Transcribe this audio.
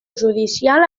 judicial